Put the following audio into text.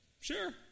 sure